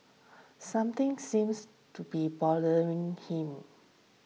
something seems to be bothering him